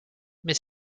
mais